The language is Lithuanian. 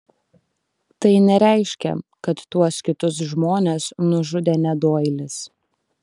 tai nereiškia kad tuos kitus žmones nužudė ne doilis